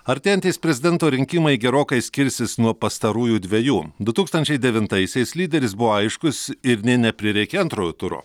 artėjantys prezidento rinkimai gerokai skirsis nuo pastarųjų dvejų du tūkstančiai devintaisiais lyderis buvo aiškus ir nė neprireikė antrojo turo